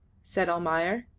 said almayer.